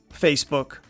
Facebook